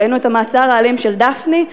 ראינו את המעצר האלים של דפני,